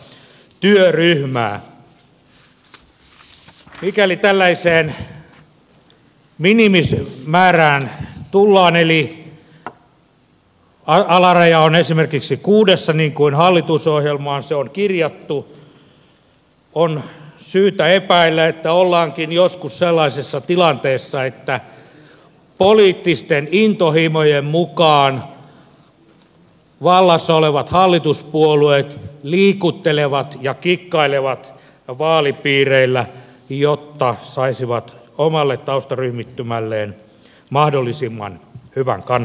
mikäli tällaiseen minimimäärään tullaan eli alaraja on esimerkiksi kuudessa niin kuin hallitusohjelmaan se on kirjattu on syytä epäillä että ollaankin joskus sellaisessa tilanteessa että poliittisten intohimojen mukaan vallassa olevat hallituspuolueet liikuttelevat ja kikkailevat vaalipiireillä jotta saisivat omalle taustaryhmittymälleen mahdollisimman hyvän kannatuksen